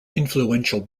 influential